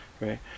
right